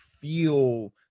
feel